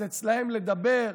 אז אצלם לדבר,